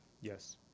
Yes